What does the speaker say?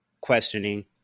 questioning